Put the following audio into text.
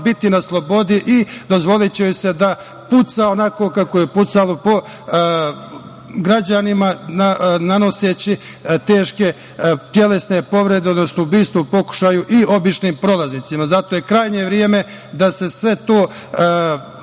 biti na slobodi i dozvoliće joj se da puca onako kako je pucalo po građanima, nanoseći teške telesne povrede, odnosno ubistvo u pokušaju i običnim prolaznicima. Zato je krajnje vreme da se sve to